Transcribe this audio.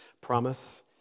Promise